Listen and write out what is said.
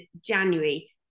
January